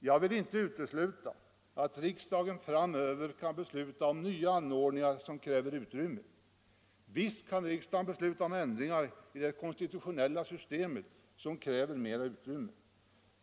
Jag vill inte utesluta att riksdagen framöver kan besluta om nya anordningar som kräver utrymme. Visst kan riksdagen besluta om ändringar i det konstitutionella systemet, som kräver mer utrymme.